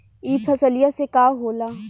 ई फसलिया से का होला?